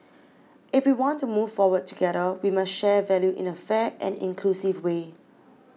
if we want to move forward together we must share value in a fair and inclusive way